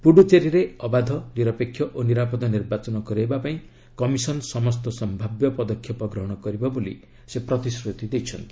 ପୁଡ଼ଚେରୀରେ ଅବାଧ ନିରପେକ୍ଷ ଓ ନିରାପଦ ନିର୍ବାଚନ କରାଇବା ପାଇଁ କମିଶନ୍ ସମସ୍ତ ସମ୍ଭାବ୍ୟ ପଦକ୍ଷେପ ଗ୍ରହଣ କରିବ ବୋଲି ସେ ପ୍ରତିଶ୍ରତି ଦେଇଛନ୍ତି